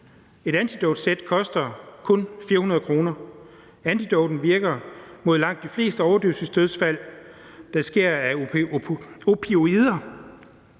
Et antidotsæt koster kun 400 kr. Antidotet virker mod langt de fleste overdosisdødsfald, der sker på grund af opioider.